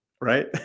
right